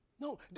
No